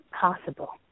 possible